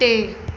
टे